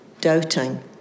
doubting